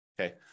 Okay